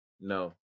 No